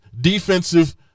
defensive